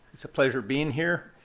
it's a pleasure being here.